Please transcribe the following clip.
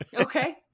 Okay